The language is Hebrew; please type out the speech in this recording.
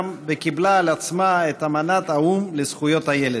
וקיבלה על עצמה את אמנת האו"ם לזכויות הילד,